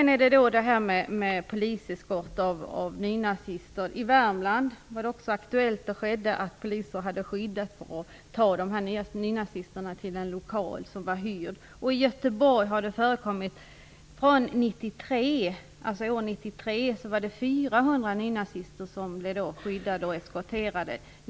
När det gäller poliseskort av nynazister har vi ett aktuellt fall i Värmland där skyddade polisen nynazister och förde dem till den lokal som de hyrt. År 1993 var det i Göteborg 400 nynazister som blev eskorterade.